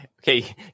okay